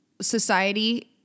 Society